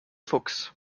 fuchs